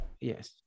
Yes